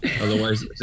otherwise